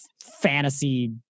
fantasy